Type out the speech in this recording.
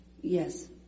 Yes